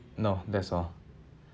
no that's all